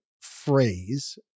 phrase